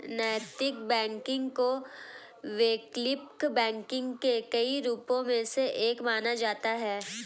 नैतिक बैंकिंग को वैकल्पिक बैंकिंग के कई रूपों में से एक माना जाता है